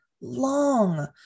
long